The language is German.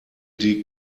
die